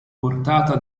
portata